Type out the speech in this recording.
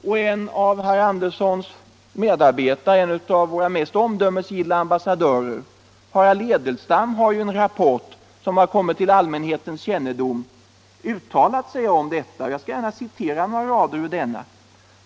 Och en av herr Anderssons medarbetare, tillika en av våra mest omdömesgilla ambassadörer, Harald Edelstam, har i en rapport som kommit till allmänhetens kännedom uttalat sig om detta. Jag skall här gärna citera några rader ur den rapporten.